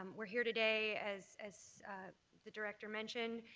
we're here today, as as the director mentioned,